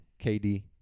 KD